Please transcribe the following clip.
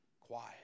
quiet